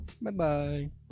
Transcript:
Bye-bye